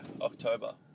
October